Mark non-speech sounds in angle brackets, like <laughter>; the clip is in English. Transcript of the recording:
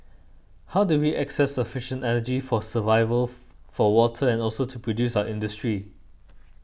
how do we access sufficient energy for survival <noise> for water and also to produce our industry